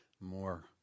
more